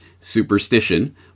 Superstition